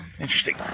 interesting